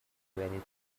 anything